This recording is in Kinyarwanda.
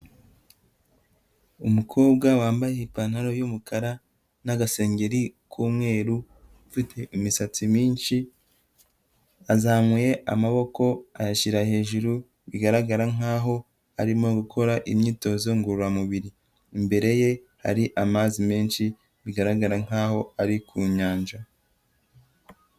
Umukobwa wambaye ipantaro y'umukara n'agasengeri k'umweru, ufite imisatsi myinshi azamuye amaboko ayashyira hejuru, bigaragara nkaho arimo gukora imyitozo ngororamubiri, imbere ye hari amazi menshi bigaragara nkaho ari ku nyanja.